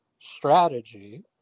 strategy